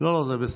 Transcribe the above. לא לא, זה בסדר.